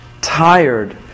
Tired